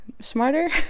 smarter